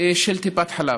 של טיפת חלב.